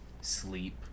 sleep